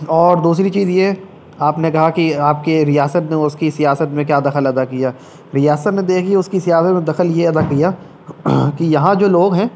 اور دوسری چیز یہ آپ نے کہا کہ آپ کی ریاست میں اس کی سیاست میں کیا دخل ادا کیا ریاست میں دیکھیے اس کی سیاست نے دخل یہ ادا کیا کہ یہاں جو لوگ ہیں